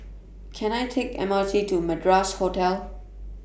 Can I Take M R T to Madras Hotel